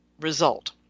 result